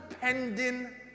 pending